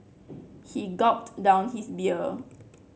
he gulped down his beer